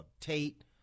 Tate